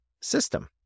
system